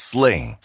Sling